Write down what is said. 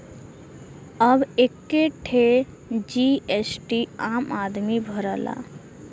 अब एक्के ठे जी.एस.टी आम आदमी भरला